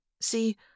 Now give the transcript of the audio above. See